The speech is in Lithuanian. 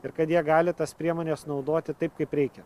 ir kad jie gali tas priemones naudoti taip kaip reikia